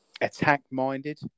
attack-minded